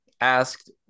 asked